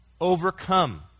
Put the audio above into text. overcome